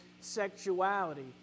sexuality